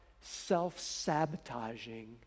self-sabotaging